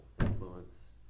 influence